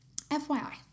FYI